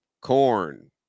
corn